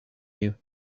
you